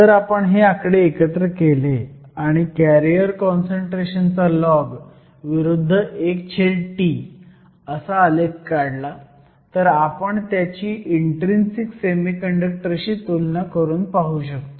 जर आपण हे आकडे एकत्र केले आणि कॅरियर काँसंट्रेशन चा लॉग विरुद्ध 1T असा आलेख काढला तर आपण त्याची इन्ट्रीन्सिक सेमीकंडक्टर शी तुलना करून पाहू शकतो